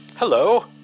Hello